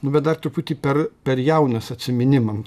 nu bet dar truputį per per jaunas atsiminimam